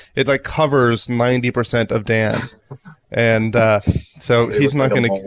it like covers ninety percent of dan and so he's not gonna,